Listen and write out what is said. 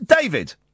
David